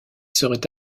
serait